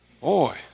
boy